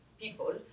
people